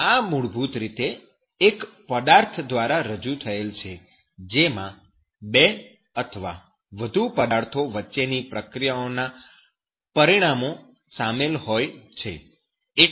આ મૂળભૂત રીતે એક પદાર્થ દ્વારા રજૂ થાય છે જેમાં બે અથવા વધુ પદાર્થો વચ્ચેની પ્રક્રિયા ના પરિણામો સામેલ હોય છે